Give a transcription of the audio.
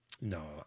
No